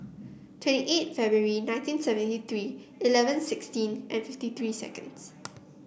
twenty eight February nineteen seventy three eleven sixteen and fifty three seconds